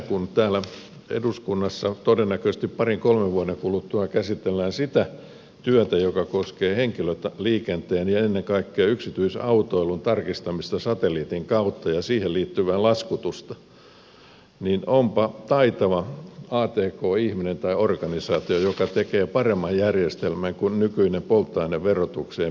kun täällä eduskunnassa todennäköisesti parin kolmen vuoden kuluttua käsitellään sitä työtä joka koskee henkilöliikenteen ja ennen kaikkea yksityisautoilun tarkistamista satelliitin kautta ja siihen liit tyvää laskutusta niin onpa taitava atk ihminen tai organisaatio joka tekee paremman järjestelmän kuin nykyinen polttoaineverotukseen pohjautuva ratkaisu